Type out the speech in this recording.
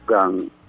gang